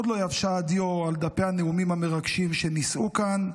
עוד לא יבשה הדיו על דפי הנאומים המרגשים שנישאו כאן,